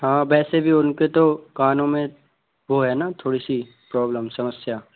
हाँ वैसे भी उनके तो कानों में वो है ना थोड़ी सी प्रॉब्लम समस्या